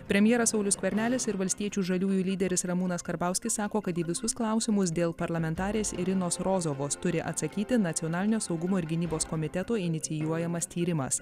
premjeras saulius skvernelis ir valstiečių žaliųjų lyderis ramūnas karbauskis sako kad į visus klausimus dėl parlamentarės irinos rozovos turi atsakyti nacionalinio saugumo ir gynybos komiteto inicijuojamas tyrimas